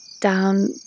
down